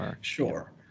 Sure